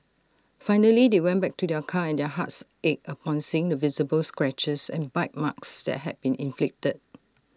finally they went back to their car and their hearts ached upon seeing the visible scratches and bite marks that had been inflicted